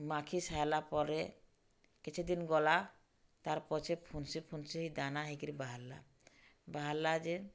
ମାଖି ସାଇଲା ପରେ କିଛି ଦିନ୍ ଗଲା ତାର୍ ପଛେ ଫୁନ୍ସି ଫୁନ୍ସି ଦାନା ହେଇକିରି ବାହାରିଲା ବାହାରିଲା ଯେ